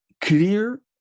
clear